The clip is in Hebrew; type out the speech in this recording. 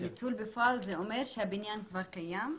ניצול בפועל זה אומר שהבניין כבר קיים.